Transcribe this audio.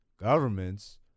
Governments